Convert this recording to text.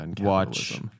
watch